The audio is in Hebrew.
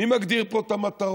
מי מגדיר פה את המטרות,